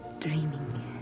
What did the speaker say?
dreaming